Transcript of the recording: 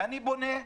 ואני פונה,